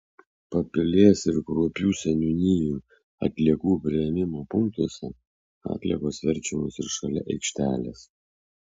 papilės ir kruopių seniūnijų atliekų priėmimo punktuose atliekos verčiamos ir šalia aikštelės